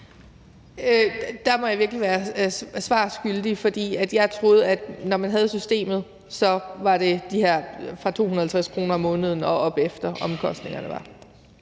Der bliver jeg spørgeren svar skyldig, for jeg troede, at når man havde systemet, var det fra de her 250 kr. om måneden og opefter, som omkostningerne var.